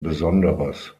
besonderes